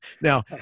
Now